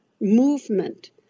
movement